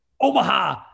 Omaha